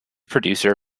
producer